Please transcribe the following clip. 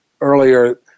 earlier